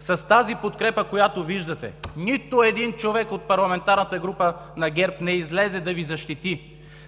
с тази подкрепа, която виждате, нито един човек от парламентарната група на ГЕРБ не излезе да Ви защити.